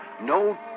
no